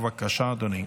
בבקשה, אדוני.